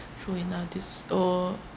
true enough this world